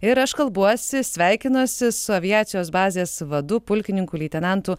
ir aš kalbuosi sveikinuosi su aviacijos bazės vadu pulkininku leitenantu